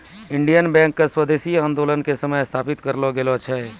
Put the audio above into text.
Indian Bank के स्वदेशी आन्दोलनो के समय स्थापित करलो गेलो छै